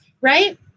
right